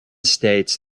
states